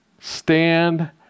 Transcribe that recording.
stand